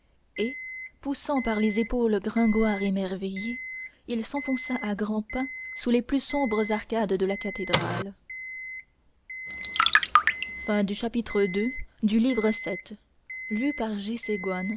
et poussant par les épaules gringoire émerveillé il s'enfonça à grands pas sous les plus sombres arcades de la cathédrale